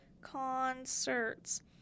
concerts